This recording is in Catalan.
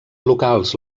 locals